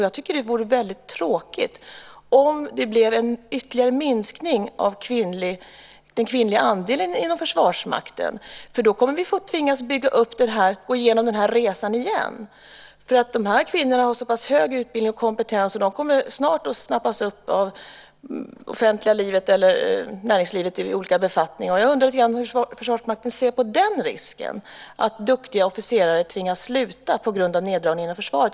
Jag tycker att det vore väldigt tråkigt om det blev en ytterligare minskning av den kvinnliga andelen inom Försvarsmakten. Då kommer vi att tvingas bygga upp det här och gå igenom den här resan igen. De här kvinnorna har så pass hög utbildning och kompetens att de snart kommer att snappas upp av det offentliga livet eller näringslivet i olika befattningar. Jag undrar lite grann hur Försvarsmakten ser på den risken, att duktiga officerare tvingas sluta på grund av neddragningarna inom försvaret.